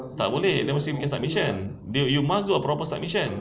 tak boleh dia mesti ada submission you must do a proper submission